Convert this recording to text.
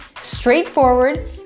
straightforward